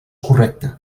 correcte